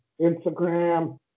Instagram